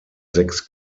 sechs